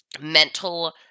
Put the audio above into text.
mental